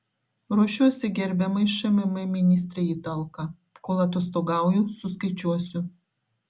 ruošiuosi gerbiamai šmm ministrei į talką kol atostogauju suskaičiuosiu